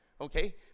Okay